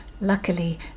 luckily